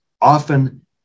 often